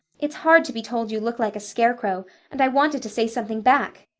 it's hard to be told you look like a scarecrow and i wanted to say something back.